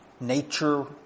nature